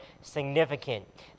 significant